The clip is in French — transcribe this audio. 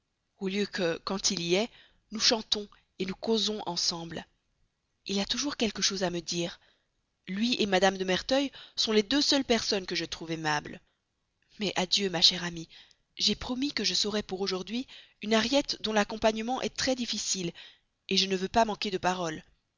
au lieu que quand il y est nous chantons et nous causons ensemble il a toujours quelque chose à me dire lui madame de merteuil sont les deux seules personnes que je trouve aimables mais adieu ma chère amie j'ai promis que je saurais pour aujourd'hui une ariette dont l'accompagnement est très difficile je ne veux pas manquer de parole